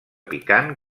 picant